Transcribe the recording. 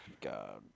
God